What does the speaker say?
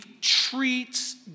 treats